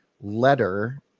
letter